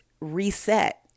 reset